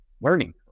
learning